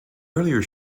earlier